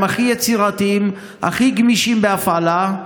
הם הכי יצירתיים, הכי גמישים בהפעלה.